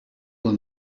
will